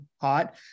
hot